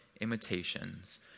imitations